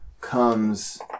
comes